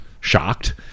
Shocked